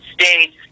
States